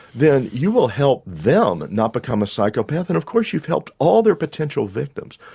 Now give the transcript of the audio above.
then you will help them not become a psychopath. and of course you've helped all their potential victims.